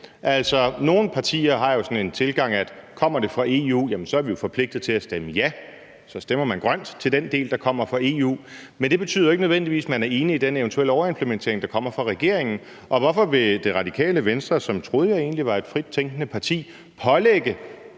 nogle partier har jo sådan en tilgang, at kommer det fra EU, er vi forpligtet til at stemme ja, og så stemmer man grønt til den del, der kommer fra EU. Men det betyder ikke nødvendigvis, at man er enig i den eventuelle overimplementering, der kommer fra regeringen. Og hvorfor vil Radikale Venstre, som jeg egentlig troede var et frit tænkende parti, pålægge